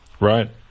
Right